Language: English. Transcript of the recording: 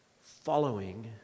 Following